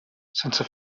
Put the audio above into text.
sense